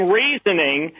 reasoning